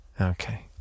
Okay